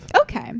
Okay